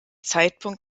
zeitpunkt